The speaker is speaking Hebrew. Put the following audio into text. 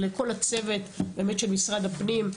ולכל הצוות של משרד הפנים,